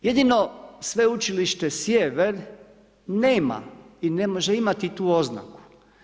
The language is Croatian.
Jedino Sveučilište Sjever nema i ne može imati tu oznaku.